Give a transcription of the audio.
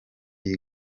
iyi